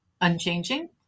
unchanging